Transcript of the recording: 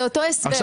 זה אותו הסבר.